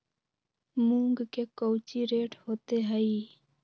मूंग के कौची रेट होते हई?